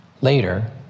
Later